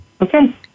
okay